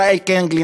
ישראל קניג,